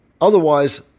otherwise